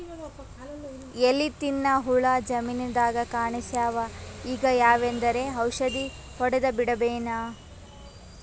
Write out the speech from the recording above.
ಎಲಿ ತಿನ್ನ ಹುಳ ಜಮೀನದಾಗ ಕಾಣಸ್ಯಾವ, ಈಗ ಯಾವದರೆ ಔಷಧಿ ಹೋಡದಬಿಡಮೇನ?